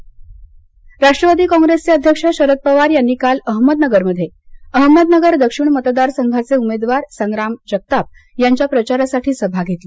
पवार सभा अहमदनगर राष्ट्रवादी काँग्रेसचे अध्यक्ष शरद पवार यांनी काल अहमदनगरमध्ये अहमदनगर दक्षिण मतदार संघाचे उमेदवार संग्राम जगताप यांच्या प्रचारासाठी सभा घेतली